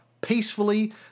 peacefully